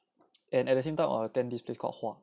and at the same time I will attend this place called 化